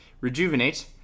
rejuvenate